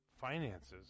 finances